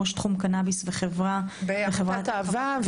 ראש תחום קנביס בחברת אהב"ה,